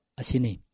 asini